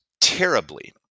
terribly